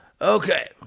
okay